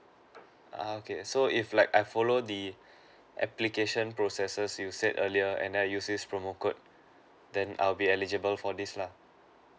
uh okay so if like I follow the application processes you said earlier and I use this promo code then I'll be eligible for this lah